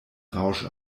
rausch